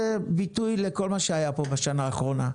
זה ביטוי לכל מה שהיה פה בשנה האחרונה.